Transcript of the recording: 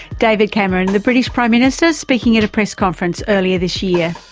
david cameron, the british prime minister, speaking at a press conference earlier this year.